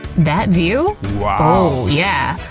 that view? oh yeah,